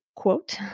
quote